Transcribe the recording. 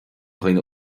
dhaoine